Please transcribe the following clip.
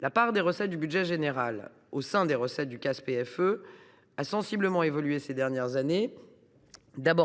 La part des recettes du budget général au sein des recettes du CAS a sensiblement évolué ces dernières années :